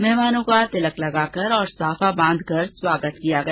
मेहमानों का तिलक लगाकर और साफा बांधकर स्वागत किया गया